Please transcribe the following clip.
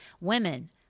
Women